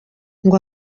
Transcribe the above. ngo